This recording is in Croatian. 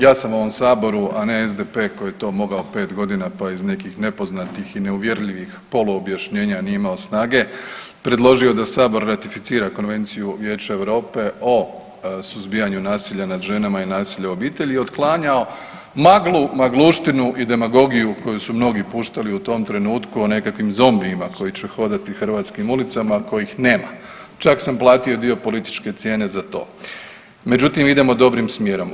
Ja sam u ovom saboru, a ne SDP koji je to mogao 5 godina pa iz nekih nepoznati i neuvjerljivih poluobjašnjenja nije imao snage, predložio da sabor ratificira Konvenciju Vijeća Europe o suzbijanju nasilja nad ženama i nasilja u obitelji i otklanjao maglu, magluštinu i demagogiju koju su mnogi puštali u tom trenutku o nekakvim zombijima koji će hodati hrvatskih ulicama kojih nema, čak sam platio i dio političke cijene za to, međutim idemo dobrim smjerom.